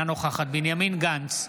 אינה נוכחת בנימין גנץ,